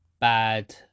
bad